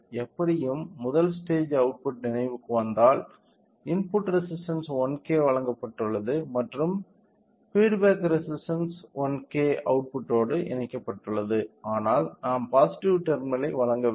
எப்படியும் முதல் ஸ்டேஜ்ன் அவுட்புட் நினைவுக்கு வந்தால் இன்புட் ரெசிஸ்டன்ஸ் 1K வழங்கப்பட்டுள்ளது மற்றும் பீட் பேக் ரெசிஸ்டன்ஸ் 1K அவுட்புட்டோடு இணைக்கப்பட்டுள்ளது ஆனால் நாம் பாசிட்டிவ் டெர்மினல் ஐ வழங்கவில்லை